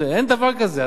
אין דבר כזה.